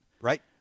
Right